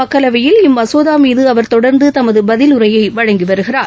மக்களவையில் இம்மசோதாமீதுஅவர் தொடர்ந்துதமதுபதிலுரையைவழங்கிவருகிறார்